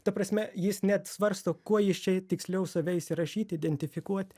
ta prasme jis net svarsto kuo jis čia tiksliau save įsirašyt identifikuot